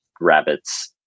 rabbits